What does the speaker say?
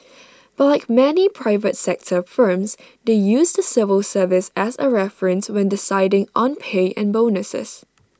but like many private sector firms they use the civil service as A reference when deciding on pay and bonuses